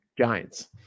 giants